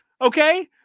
Okay